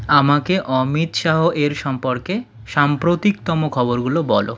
আমাকে অমিত শাহ এর সম্পর্কে সাম্প্রতিকতম খবরগুলো বলো